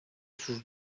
sus